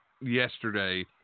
yesterday